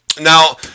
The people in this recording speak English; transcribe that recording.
Now